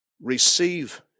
receive